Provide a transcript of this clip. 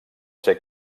ser